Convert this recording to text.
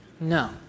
No